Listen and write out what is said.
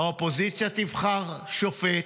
האופוזיציה תבחר שופט,